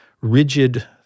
rigid